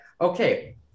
okay